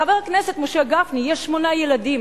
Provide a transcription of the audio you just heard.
לחבר הכנסת משה גפני יש שמונה ילדים,